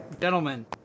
Gentlemen